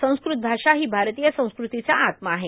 संस्कृत भाषा ही भारतीय संस्कृतीचा आत्मा आहे